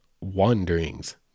wanderings